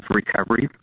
recovery